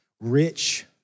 rich